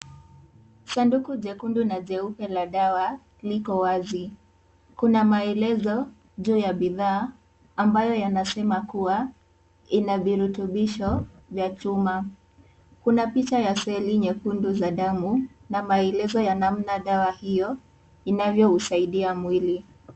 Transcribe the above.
Sanduku jekundu na jeupe la dawa, liko wazi. Kuna maelezo, juu ya bidhaa, ambayo yanasema kuwa, ina virutubisho vya chuma. Kuna picha ya seli nyekundu za damu na maelezo ya namna dawa hiyo inavyo usaidia mwili.